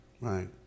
right